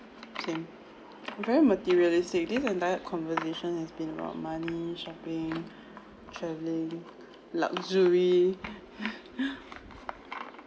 same very materialistic this entire conversation has been about money shopping travelling luxury